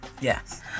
Yes